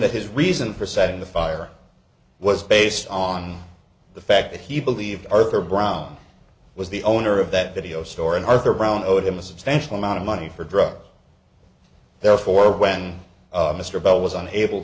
that his reason for setting the fire was based on the fact that he believed arthur brown was the owner of that video store and arthur brown owed him a substantial amount of money for drugs therefore when mr bell was unable